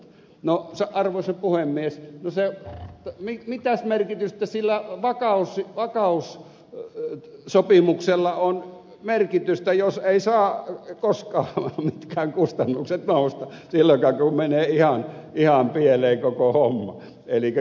no arvoisa puhemies mitäs merkitystä sillä vaikka uusi pakkaus jo yöllä vakaussopimuksella on jos eivät saa koskaan mitkään kustannukset nousta silloinkaan kun menee ihan pieleen koko homma